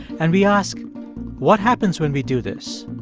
and we ask what happens when we do this,